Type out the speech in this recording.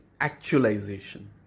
Actualization